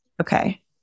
Okay